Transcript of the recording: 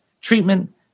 treatment